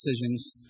decisions